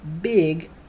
big